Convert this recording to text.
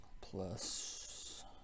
plus